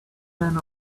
man